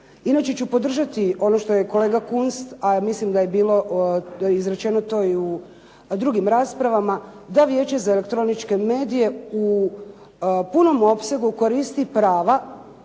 Inače ću podržati ono što je kolega Kunst, a mislim da je bilo izrečeno to i u drugim raspravama, da Vijeće za elektroničke medije u punom opsegu koristi prava